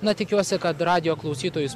na tikiuosi kad radijo klausytojus